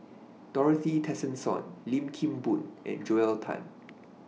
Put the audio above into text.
Dorothy Tessensohn Lim Kim Boon and Joel Tan